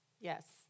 Yes